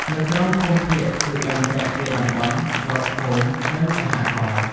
នៅក្រោមភូមិភាគ គឺបែងចែកជា «តំបន់», «ស្រុក», «ឃុំ» និង «សហករណ៍»។